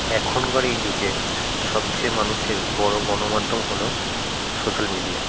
এখনকার এই যুগে সবচেয়ে মানুষের বড়ো গণমাধ্যম হলো সোশ্যাল মিডিয়া